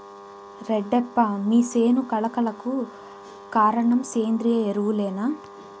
రెడ్డప్ప మీ సేను కళ కళకు కారణం సేంద్రీయ ఎరువులేనా